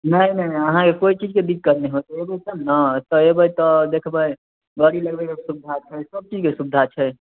नहि नहि नहि आहाँके कोइ किछुके दिक्कत नहि होयत एबै तब ने एत्तऽ एबै तऽ देखबै गड़ी लगबैके सुविधा छै सब चीजके सुविधा छै